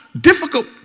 difficult